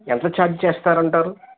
ఎంత చార్జి చేస్తారంటారు